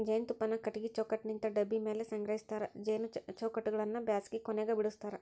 ಜೇನುತುಪ್ಪಾನ ಕಟಗಿ ಚೌಕಟ್ಟನಿಂತ ಡಬ್ಬಿ ಮ್ಯಾಲೆ ಸಂಗ್ರಹಸ್ತಾರ ಜೇನು ಚೌಕಟ್ಟಗಳನ್ನ ಬ್ಯಾಸಗಿ ಕೊನೆಗ ಬಿಡಸ್ತಾರ